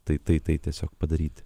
tai tai tai tiesiog padaryti